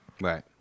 right